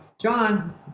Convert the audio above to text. John